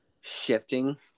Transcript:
shifting